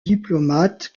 diplomate